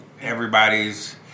everybody's